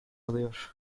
alıyor